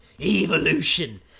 Evolution